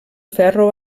ferro